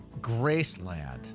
Graceland